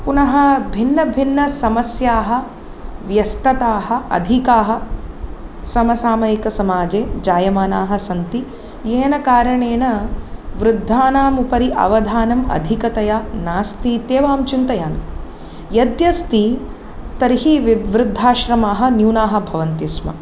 पुनः भिन्नभिन्नसमस्याः व्यस्तताः अधिकाः समसामयिकसमाजे जायमानाः सन्ति येन कारणेन वृद्धानाम् उपरि अवधानम् अधिकतया नास्ति इत्येव अहं चिन्तयामि यद्यस्ति तर्हि वि वृद्धाश्रमाः न्यूनाः भवन्ति स्म